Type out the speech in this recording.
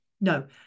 No